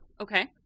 Okay